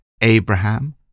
Abraham